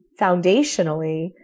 foundationally